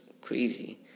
crazy